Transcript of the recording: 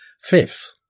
Fifth